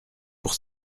pour